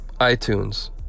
itunes